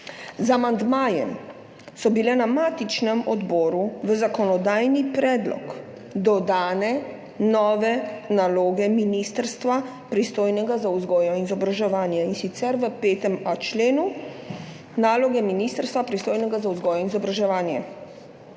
Z amandmajem so bile na matičnem odboru v zakonodajni predlog dodane nove naloge ministrstva, pristojnega za vzgojo in izobraževanje, in sicer v 5.a členu. Naloge ministrstva, pristojnega za vzgojo in izobraževanje,